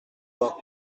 bains